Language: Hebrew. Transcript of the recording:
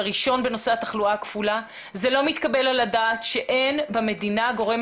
הראשון בנושא התחלואה הכפולה שאין במדינה גורם